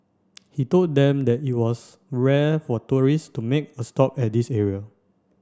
he told them that it was rare for tourist to make a stop at this area